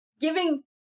giving